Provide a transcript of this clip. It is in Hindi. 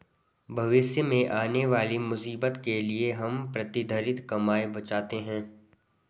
भविष्य में आने वाली मुसीबत के लिए हम प्रतिधरित कमाई बचाते हैं